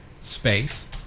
space